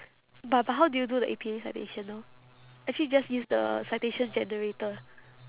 but but how do you do the A_P_A citation ah actually just use the citation generator